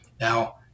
Now